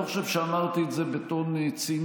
אני לא חושב שאמרתי את זה בטון ציני,